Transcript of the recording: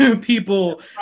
people